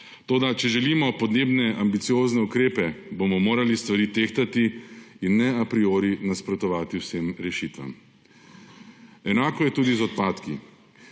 Toda, če želimo podnebne ambiciozne ukrepe, bomo morali stvari tehtati in ne a priori nasprotovati vsem rešitvam. Enako je tudi z odpadki.